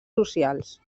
socials